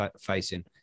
facing